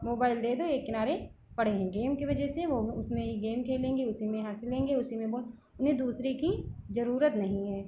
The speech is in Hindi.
मोबाइल दे दो एक किनारे पड़े हैं गेम के वजह से वह उसमें ही गेम खेलेंगे उसी में हँस लेंगे उसी में बोल उन्हें दूसरे की ज़रूरत नहीं है